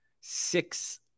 six